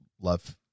love